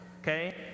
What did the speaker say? okay